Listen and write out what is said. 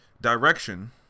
direction